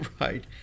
Right